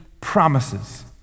promises